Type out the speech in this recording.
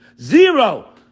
Zero